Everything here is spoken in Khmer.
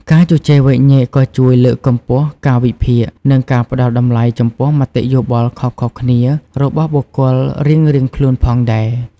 ការជជែកវែកញែកក៏ជួយលើកកម្ពស់ការវិភាគ និងការផ្ដល់តម្លៃចំពោះមតិយោបល់ខុសៗគ្នារបស់បុគ្គលរៀងខ្លួនផងដែរ។